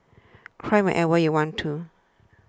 cry whenever you want to